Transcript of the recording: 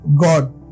God